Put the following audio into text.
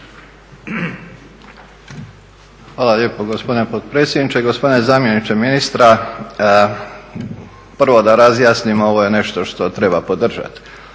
Hvala lijepo gospodine potpredsjedniče. Gospodine zamjeniče ministra prvo da razjasnimo ovo je nešto što treba podržat.